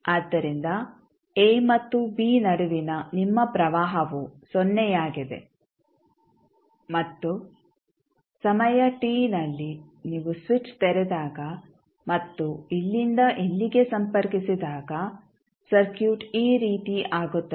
ಆದ್ದರಿಂದ a ಮತ್ತು b ನಡುವಿನ ನಿಮ್ಮ ಪ್ರವಾಹವು ಸೊನ್ನೆಯಾಗಿದೆ ಮತ್ತು ಸಮಯ t ನಲ್ಲಿ ನೀವು ಸ್ವಿಚ್ ತೆರೆದಾಗ ಮತ್ತು ಇಲ್ಲಿಂದ ಇಲ್ಲಿಗೆ ಸಂಪರ್ಕಿಸಿದಾಗ ಸರ್ಕ್ಯೂಟ್ ಈ ರೀತಿ ಆಗುತ್ತದೆ